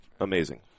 amazing